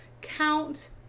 count